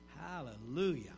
Hallelujah